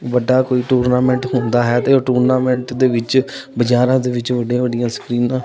ਵੱਡਾ ਕੋਈ ਟੂਰਨਾਮੈਂਟ ਹੁੰਦਾ ਹੈ ਤਾਂ ਉਹ ਟੂਰਨਾਮੈਂਟ ਦੇ ਵਿੱਚ ਬਾਜ਼ਾਰਾਂ ਦੇ ਵਿੱਚ ਵੱਡੀਆਂ ਵੱਡੀਆਂ ਸਕਰੀਨਾਂ